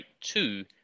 two